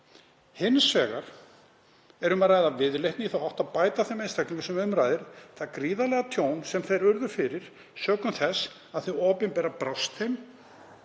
Hins vegar er um að ræða viðleitni í þá átt að bæta þeim einstaklingum sem um ræðir, það gríðarlega tjón sem þeir urðu fyrir, sökum þess að hið opinbera brást þeim